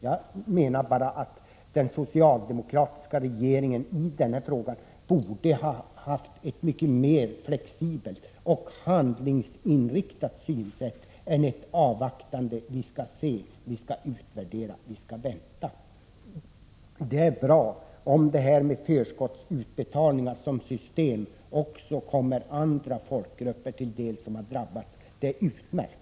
Jag menar bara att den socialdemokratiska regeringen i denna fråga borde ha haft ett mycket mer flexibelt och handlingsinriktat synsätt än sin avvaktande hållning: vi skall se, vi skall utvärdera, vi skall vänta. Det är bra om förskottsutbetalningar blir ett system som också kommer andra folkgrupper som drabbats till del. Det vore utmärkt.